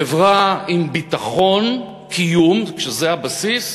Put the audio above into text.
חברה עם ביטחון קיום, כשזה הבסיס,